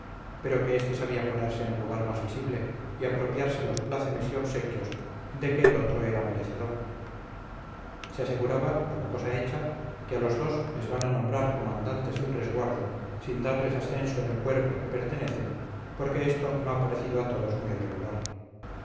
pero que este sabía ponerse en lugar más visible y apropiarse los plácemes y obsequios de que el otro era merecedor se aseguraba como cosa hecha que a los dos les van a nombrar comandantes del resguardo sin darles ascenso en el cuerpo a que pertenecen porque esto no ha parecido a todos muy regular